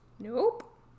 Nope